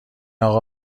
آقا